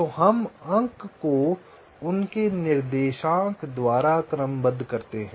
तो हम अंक को उनके x निर्देशांक द्वारा क्रमबद्ध करते हैं